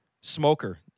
smoker